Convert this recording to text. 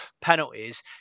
penalties